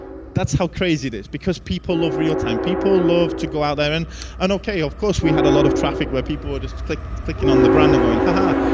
that's how crazy this because people of real-time, people love to go out there and and ok of course we had a lot of traffic where people are just click click on the brand and go and haha.